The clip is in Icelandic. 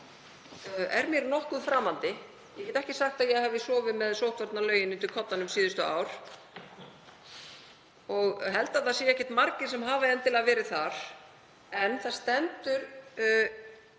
er mér nokkuð framandi. Ég get ekki sagt að ég hafi sofið með sóttvarnalögin undir koddanum síðustu ár. Ég held að það séu ekki margir sem hafi endilega verið þar. En það stendur